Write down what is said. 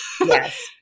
Yes